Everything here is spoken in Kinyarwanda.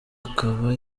akaba